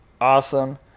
awesome